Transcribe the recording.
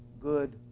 good